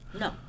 No